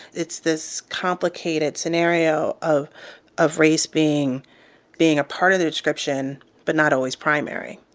it's this complicated scenario of of race being being a part of the description but not always primary.